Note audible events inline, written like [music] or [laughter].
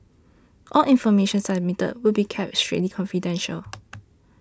all information submitted will be kept strictly confidential [noise]